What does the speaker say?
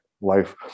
life